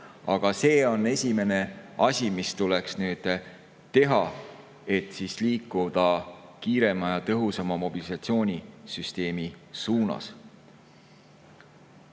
Aga see on esimene asi, mis tuleks teha, et liikuda kiirema ja tõhusama mobilisatsioonisüsteemi suunas.